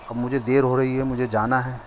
اب مجھے دیر ہو رہی ہے مجھے جانا ہے